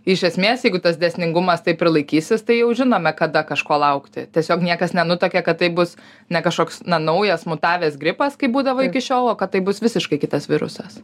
iš esmės jeigu tas dėsningumas taip ir laikysis tai jau žinome kada kažko laukti tiesiog niekas nenutuokia kad tai bus ne kažkoks na naujas mutavęs gripas kaip būdavo iki šiol o kad tai bus visiškai kitas virusas